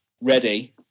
Ready